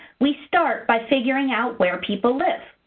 we start by figuring out where people live.